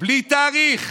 בלי תאריך,